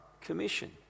commission